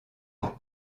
pour